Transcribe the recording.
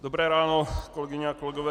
Dobré ráno, kolegyně a kolegové.